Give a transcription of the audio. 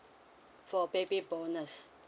for baby bonus